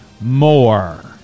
more